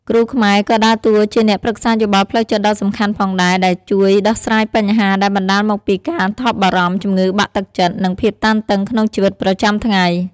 គ្រូខ្មែរក៏ដើរតួជាអ្នកប្រឹក្សាយោបល់ផ្លូវចិត្តដ៏សំខាន់ផងដែរ ដែលជួយដោះស្រាយបញ្ហាដែលបណ្តាលមកពីការថប់បារម្ភ ជំងឺបាក់ទឹកចិត្ត និងភាពតានតឹងក្នុងជីវិតប្រចាំថ្ងៃ។